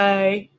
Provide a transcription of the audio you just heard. Bye